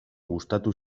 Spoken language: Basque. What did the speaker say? gustatu